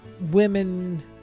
women